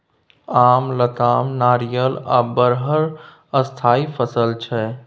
आम, लताम, नारियर आ बरहर स्थायी फसल छै